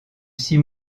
six